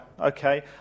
okay